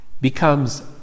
becomes